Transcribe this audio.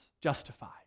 justified